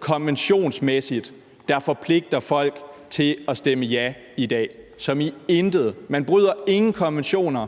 konventionsmæssigt, der forpligter folk til at stemme ja i dag – som i intet. Man bryder ingen konventioner